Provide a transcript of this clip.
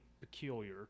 peculiar